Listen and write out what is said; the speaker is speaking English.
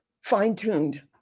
fine-tuned